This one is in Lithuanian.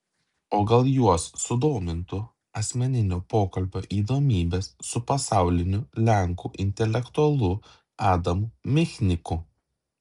o gal juos sudomintų asmeninio pokalbio įdomybės su pasauliniu lenkų intelektualu adamu michniku